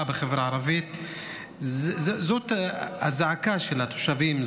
בחברה הערבית זאת הזעקה של התושבים,